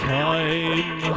time